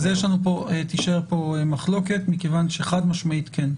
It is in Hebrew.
אז תישאר פה מחלוקת משום שחד-משמעית כן.